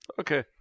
Okay